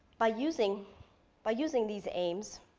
by using by using these aims,